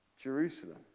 Jerusalem